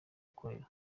akorera